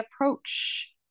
approach